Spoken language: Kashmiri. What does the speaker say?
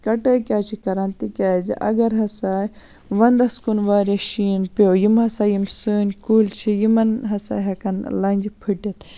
کَٹٲے کیاز چھِ کَران تکیازِ اَگَر ہَسا وَندَس کُن واریاہ شیٖن پیٚو یِمَن ہَسا یِم سٲنٛۍ کُلۍ چھِ یِمَن ہَسا ہیٚکَن لَنجہِ پھٕٹِتھ